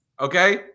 Okay